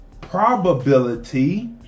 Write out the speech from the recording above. probability